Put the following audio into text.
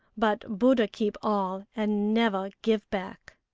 but buddha keep all and never give back.